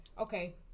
Okay